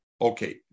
Okay